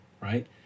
Right